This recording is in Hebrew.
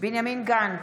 בנימין גנץ,